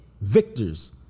victors